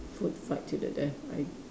food fight to the death right